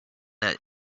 that